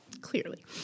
clearly